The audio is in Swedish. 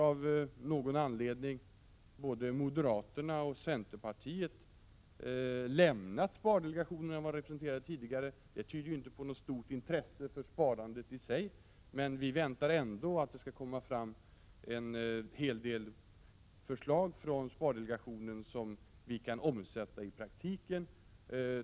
Av någon anledning har både moderaterna och centerpartiet nu lämnat spardelegationen, där de tidigare var representerade. Detta tyder ju inte på något stort intresse för sparandet i sig. Men vi väntar att det ändå skall komma fram en hel del förslag från spardelegationen som vi kan omsätta i praktiken.